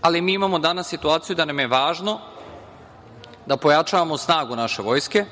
ali mi imamo danas situaciju da nam je važno da pojačavamo snagu naše vojske,